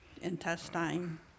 intestine